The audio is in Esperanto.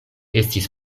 estis